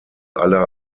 aller